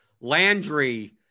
Landry